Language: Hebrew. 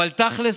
אבל תכל'ס,